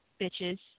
Bitches